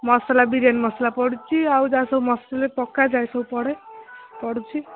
ମସଲା ବିରିୟାନୀ ମସଲା ପଡୁଛି ଆଉ ଯାହା ସବୁ ମସଲା ପକାଯାଏ ସବୁ ପଡ଼େ ପଡୁଛି